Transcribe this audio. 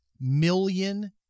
million